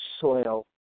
soil